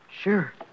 Sure